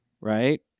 right